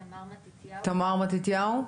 תמר מתתיהו?